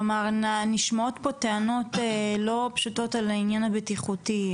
כלומר נשמעות פה טענות לא פשוטות על העניין הבטיחותי,